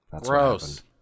Gross